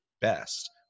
Best